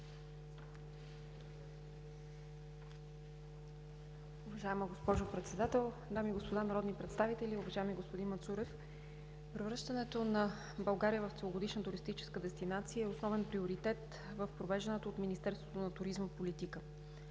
Уважаема госпожо Председател, дами и господа народни представители! Уважаеми господин Мацурев, превръщането на България в целогодишна туристическа дестинация е основен приоритет в провежданата от Министерството на туризма политика.